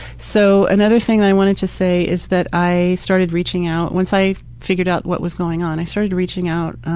so, another thing that i wanted to say is that i started reaching out once i figured out what was going on, i started reaching out